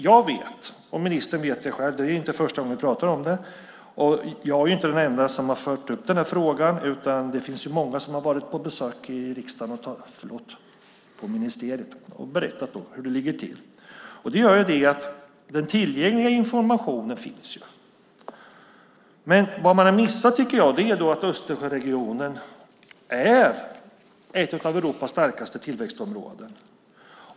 Jag vet och ministern själv vet - det är inte första gången vi pratar om det här, och jag är inte den enda som har fört upp frågan - att det är många som har varit på besök i riksdagen och på ministeriet och då berättat hur det ligger till. Det gör att den tillgängliga informationen finns. Men vad man har missat, tycker jag, är att Östersjöregionen är ett av Europas starkaste tillväxtområden.